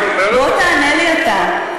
בוא תענה לי אתה,